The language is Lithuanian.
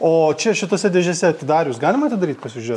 o čia šitose dėžėse atidarius galima atidaryt pasižiūrė